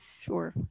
Sure